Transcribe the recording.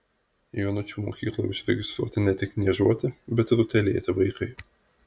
jonučių mokykloje užregistruoti ne tik niežuoti bet ir utėlėti vaikai